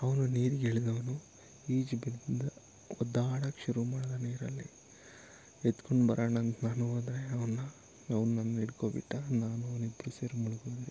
ಅವನು ನೀರಿಗಿಳಿದವನು ಈಜು ಬಿದ್ದು ಒದ್ದಾಡಕ್ಕೆ ಶುರು ಮಾಡಿದ ನೀರಲ್ಲಿ ಎತ್ಕೊಂಡು ಬರೋಣಂತ ನಾನೂ ಹೋದೆ ಅವನ್ನ ಅವ್ನು ನನ್ನ ಹಿಡ್ಕೊಂಬಿಟ್ಟ ನಾನೂ ಅವ್ನು ಇಬ್ಬರೂ ಸೇರಿ ಮುಳ್ಗೋದ್ವಿ